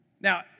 Now